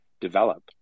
develop